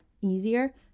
easier